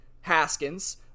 Haskins